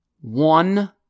one